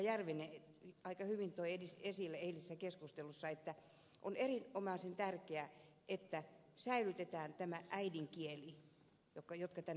järvinen aika hyvin toi esille että on erinomaisen tärkeää että säilytetään äidinkieli niillä jotka tänne tulevat